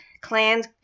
clans